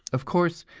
of course,